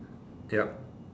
yup